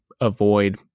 avoid